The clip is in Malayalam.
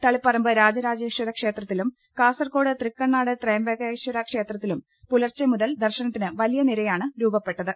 തളിപ്പറമ്പ് രാജ രാജേ ശ്വര ക്ഷേത്രത്തിലും കാസർകോട് തൃക്കണ്ണാട് ത്രയംബകേ ശ്വര ക്ഷേത്രത്തിലും പുലർച്ചെ മുതൽ ദർശനത്തിന് വലിയ നിരയാണ് രൂപപ്പെട്ടത്